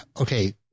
Okay